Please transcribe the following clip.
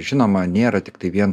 žinoma nėra tiktai vien